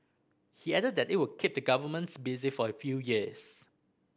he added that it will keep the governments busy for a few years